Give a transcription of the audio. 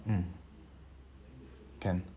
mm can